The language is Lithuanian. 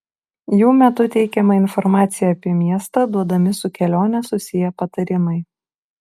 jų metu teikiama informacija apie miestą duodami su kelione susiję patarimai